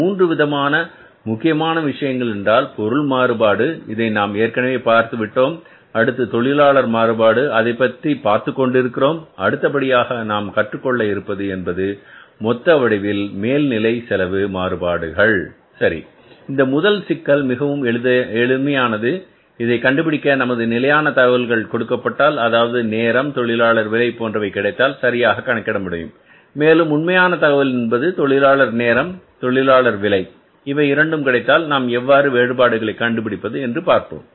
மூன்றுவிதமான முக்கியமான விஷயங்கள் என்றால் பொருள் மாறுபாடு இதை நாம் ஏற்கனவே பார்த்துவிட்டோம் அடுத்து தொழிலாளர் மாறுபாடு அதைப்பற்றி பார்த்துக் கொண்டிருக்கிறோம் அடுத்தபடியாக நாம் கற்றுக் கொள்ள இருப்பது என்பது மொத்த வடிவில் மேல்நிலை செலவு மாறுபாடுகள் சரி இதில் முதல் சிக்கல் மிகவும் எளிமையானது இதை கண்டுபிடிக்க நமக்கு நிலையான தகவல்கள் கொடுக்கப்பட்டால் அதாவது நேரம் தொழிலாளர் விலை போன்றவை கிடைத்தால் சரியாக கணக்கிட முடியும் மேலும் உண்மையான தகவல் என்பது தொழிலாளர் நேரம் தொழிலாளர் விலை இவை இரண்டும் கிடைத்தால் நாம் எவ்வாறு மாறுபாடுகளை கண்டுபிடிப்பது என்று பார்ப்போம்